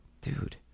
Dude